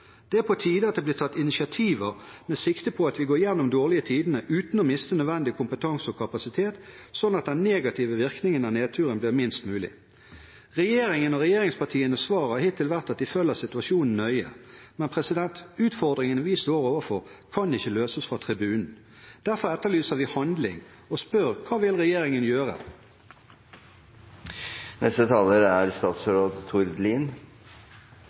Det er på tide at det blir tatt initiativer med sikte på at vi kan gå gjennom de dårlige tidene uten å miste nødvendig kompetanse og kapasitet, sånn at den negative virkningen av nedturen blir minst mulig. Regjeringens og regjeringspartienes svar har hittil vært at de følger situasjonen nøye, men utfordringene vi står overfor, kan ikke løses fra tribunen. Derfor etterlyser vi handling og spør: Hva vil regjeringen gjøre?